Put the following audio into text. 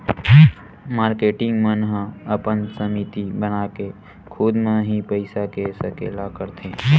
marketing मन ह अपन समिति बनाके खुद म ही पइसा के सकेला करथे